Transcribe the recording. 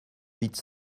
vite